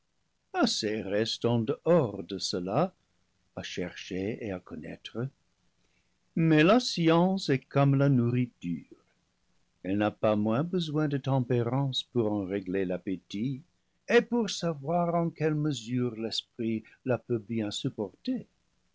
assez reste en dehors de cela à chercher et à connaître mais la science est comme la nour riture elle n'a pas moins besoin de tempérance pour en régler l'appétit et pour savoir en quelle mesure l'esprit la peut bien supporter